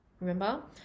Remember